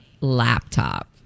laptop